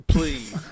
Please